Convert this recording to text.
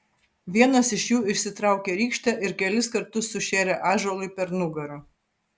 vienas iš jų išsitraukė rykštę ir kelis kartus sušėrė ąžuolui per nugarą